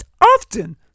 often